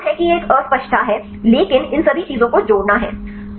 तो यह एक भ्रम है कि यह एक अस्पष्टता है इसलिए इन सभी चीजों को जोड़ना है